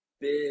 big